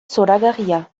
zoragarria